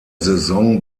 saison